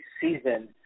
season